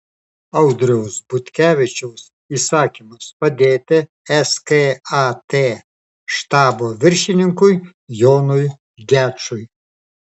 audriaus butkevičiaus įsakymas padėti skat štabo viršininkui jonui gečui